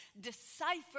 decipher